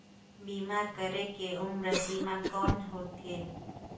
बीमा करे के उम्र सीमा कौन होथे?